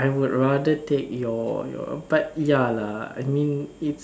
I would rather take your your but ya lah I mean it's